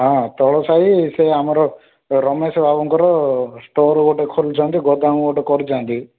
ହଁ ତଳସାହି ସେ ଆମର ରମେଶ ବାବୁଙ୍କର ଷ୍ଟୋର୍ ଗୋଟେ ଖୋଲିଛନ୍ତି ଗୋଦାମ ଗୋଟେ କରିଛନ୍ତି